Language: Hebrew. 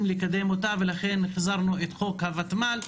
לקדם אותה ולכן החזרנו את חוק הוותמ"ל.